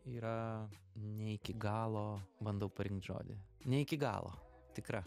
yra ne iki galo bandau parinkt žodį ne iki galo tikra